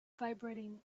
vibrating